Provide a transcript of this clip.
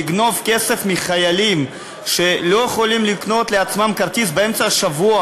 לגנוב כסף מחיילים שלא יכולים לקנות לעצמם כרטיס באמצע השבוע